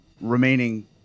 remaining